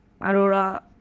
Aurora